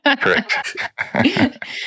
Correct